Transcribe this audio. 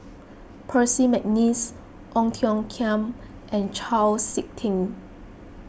Percy McNeice Ong Tiong Khiam and Chau Sik Ting